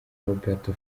roberto